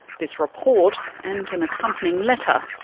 this report, and an accompanying letter,